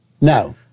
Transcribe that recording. No